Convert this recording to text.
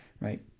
right